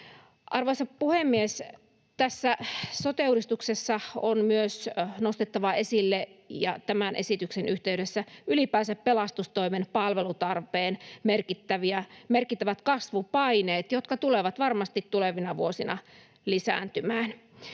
Arvoisa puhemies! Tässä sote-uudistuksessa on myös nostettava esille ja tämän esityksen yhteydessä ylipäänsä pelastustoimen palvelutarpeen merkittävät kasvupaineet, jotka tulevat varmasti tulevina vuosina lisääntymään.